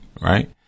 Right